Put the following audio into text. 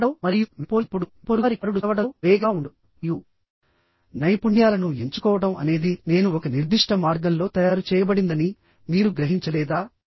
చదవడంలో మరియు మీరు పోల్చినప్పుడు మీ పొరుగువారి కుమారుడు చదవడంలో వేగంగా ఉంటాడు మరియు నైపుణ్యాలను ఎంచుకోవడం అనేది నేను ఒక నిర్దిష్ట మార్గంలో తయారు చేయబడిందని మీరు గ్రహించలేదా